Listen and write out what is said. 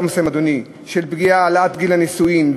העלאת גיל הנישואים,